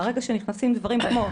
ברגע שנכנסים דברים כמו